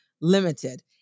limited